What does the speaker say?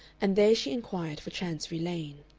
and then she inquired for chancery lane.